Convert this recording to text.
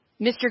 Mr